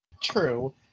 True